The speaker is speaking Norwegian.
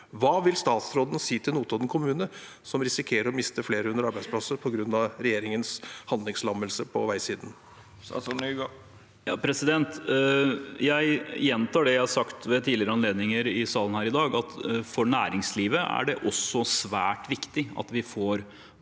Hva vil statsråden si til Notodden kommune, som risikerer å miste flere hundre arbeidsplasser på grunn av regjeringens handlingslammelse på veisiden? Statsråd Jon-Ivar Nygård Jeg gjentar det jeg har sagt ved tidligere anledninger i salen her i dag: For næringslivet er det også svært viktig at vi får